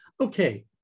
Okay